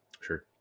Sure